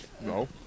No